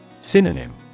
Synonym